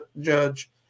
Judge